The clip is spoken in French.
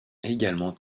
également